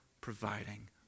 providing